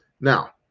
now